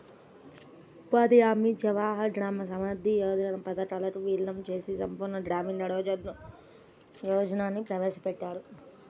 ఉపాధి హామీ, జవహర్ గ్రామ సమృద్ధి యోజన పథకాలను వీలీనం చేసి సంపూర్ణ గ్రామీణ రోజ్గార్ యోజనని ప్రవేశపెట్టారు